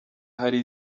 hari